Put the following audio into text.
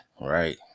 right